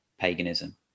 paganism